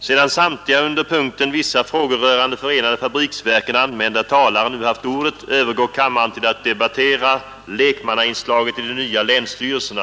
Sedan samtliga under punkten ”Vissa frågor rörande förenade fabriksverken” anmälda talare nu haft ordet, övergår kammaren till att debattera ”Lekmannainslaget i de nya länsstyrelserna”.